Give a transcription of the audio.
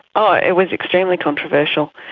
oh, it was extremely controversial.